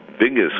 biggest